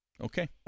Okay